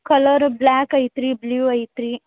colour black ಐತೆ ರೀ blue ಐತೆ ರೀ